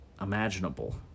imaginable